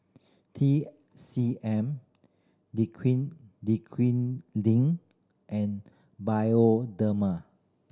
T C M and Bioderma